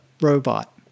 robot